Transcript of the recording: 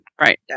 Right